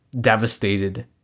devastated